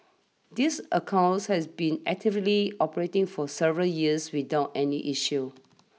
these accounts has been actively operating for several years without any issues